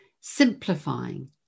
simplifying